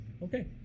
Okay